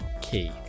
key